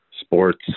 sports